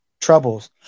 troubles